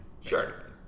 Sure